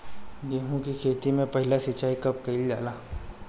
गेहू के खेती मे पहला सिंचाई कब कईल जाला?